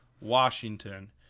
Washington